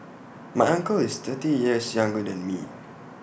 my uncle is thirty years younger than me